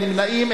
אין נמנעים,